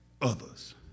others